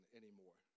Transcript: anymore